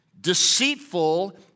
deceitful